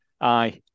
aye